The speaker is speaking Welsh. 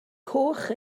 coch